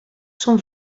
són